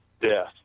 death